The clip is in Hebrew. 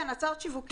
כן, הצעות שיווקיות.